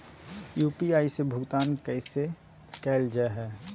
UPI से भुगतान कैसे कैल जहै?